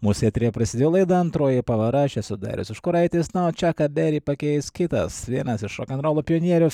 mūsų eteryje prasidėjo laida antroji pavara aš esu darius užkuraitis na o čiaką berį pakeis kitas vienas iš rokenrolo pionierių